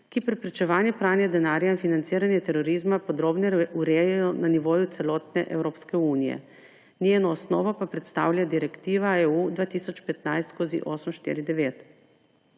ki preprečevanje pranja denarja in financiranje terorizma podrobneje urejajo na nivoju celotne Evropske unije. Njena osnova pa predstavlja Direktiva EU 2015/849.